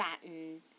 satin